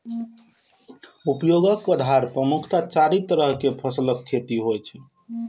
उपयोगक आधार पर मुख्यतः चारि तरहक फसलक खेती होइ छै